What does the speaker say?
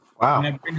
Wow